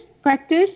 Practice